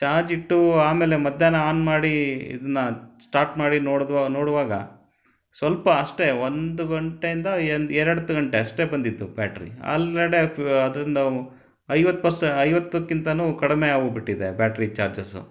charge ಇಟ್ಟು ಆಮೇಲೆ ಮಧ್ಯಾಹ್ನ ಆನ್ ಮಾಡಿ ಇದನ್ನ ಸ್ಟಾರ್ಟ್ ಮಾಡಿ ನೋಡಿದ್ವೋ ನೋಡುವಾಗ ಸ್ವಲ್ಪ ಅಷ್ಟೇ ಒಂದು ಗಂಟೆಯಿಂದ ಎಂದು ಎರಡು ಗಂಟೆ ಅಷ್ಟೇ ಬಂದಿದ್ದು ಬ್ಯಾಟ್ರಿ ಅಲ್ರೆಡೆ ಅದ್ರಿಂದ ಐವತ್ತು ಪರ್ಸ್ ಐವತ್ತಕ್ಕಿಂತನೂ ಕಡಿಮೆ ಆಗಿ ಹೋಬಿಟ್ಟಿದೆ ಬ್ಯಾಟ್ರಿ ಚಾರ್ಜಸ್ಸು